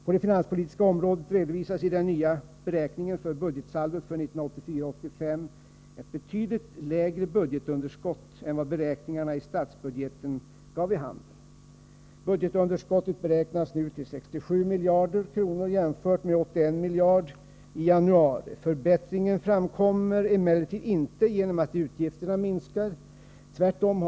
På det finanspolitiska området redovisas i den nya beräkningen för budgetsaldot för 1984/85 ett betydligt lägre budgetunderskott än vad beräkningarna i statsbudgeten gav vid handen. Budgetunderskottet beräknas nu till 67 miljarder kronor jämfört med 81 miljarder i januari. Förbättringen framkommer emellertid inte genom att utgifterna minskar — tvärtom.